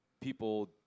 people